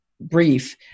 brief